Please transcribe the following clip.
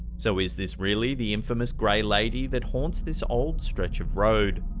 so is this really the infamous gray lady that haunts this old stretch of road?